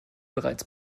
bereits